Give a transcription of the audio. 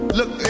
look